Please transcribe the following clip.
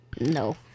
No